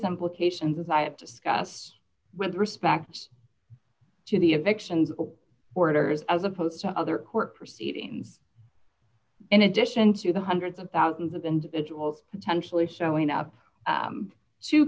implications as i have discussed with respect to the evictions orders as opposed to other court proceedings in addition to the hundreds of thousands of individuals potentially showing up